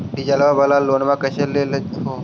डीजलवा वाला लोनवा कैसे लेलहो हे?